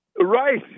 Right